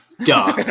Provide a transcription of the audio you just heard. duh